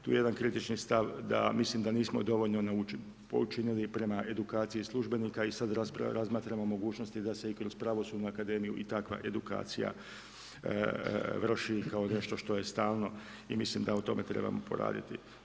Tu je jedan kritični stav da mislim da nismo dovoljno učinili prema edukaciji službenika i sada razmatramo mogućnosti da se i kroz pravosudnu akademiju i takva edukacija vrši kao nešto što je stalno i mislim da na tome trebamo poraditi.